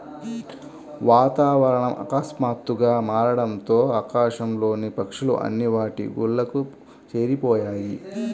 వాతావరణం ఆకస్మాతుగ్గా మారడంతో ఆకాశం లోని పక్షులు అన్ని వాటి గూళ్లకు చేరిపొయ్యాయి